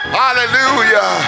hallelujah